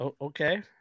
Okay